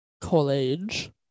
college